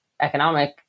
economic